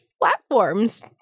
platforms